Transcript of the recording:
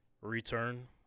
return